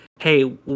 hey